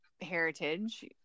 heritage